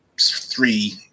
three